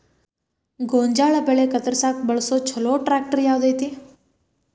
ಗೋಂಜಾಳ ಬೆಳೆ ಕತ್ರಸಾಕ್ ಬಳಸುವ ಛಲೋ ಟ್ರ್ಯಾಕ್ಟರ್ ಯಾವ್ದ್ ಐತಿ?